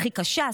הכי קשה,